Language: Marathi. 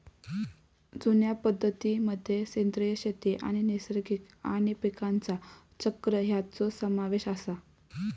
जुन्या पद्धतीं मध्ये सेंद्रिय शेती आणि नैसर्गिक आणि पीकांचा चक्र ह्यांचो समावेश आसा